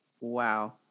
Wow